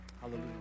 hallelujah